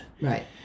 Right